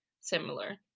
similar